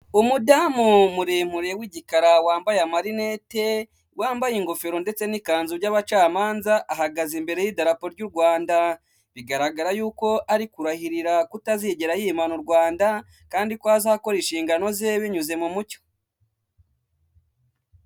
Umudamu muremure w'igikara wambaye amarinete, wambaye ingofero ndetse n'ikanzu by'abacamanza ahagaze imbere y'idarapo ry'u Rwanda, bigaragara yuko ari kurahirira kutazigera yimana u Rwanda kandi ko azakora inshingano ze binyuze mu mucyo.